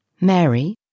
Mary